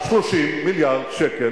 הזכרתי יבשת לידנו,